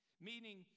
Meaning